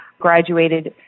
graduated